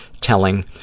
telling